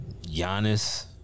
Giannis